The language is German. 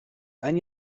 ein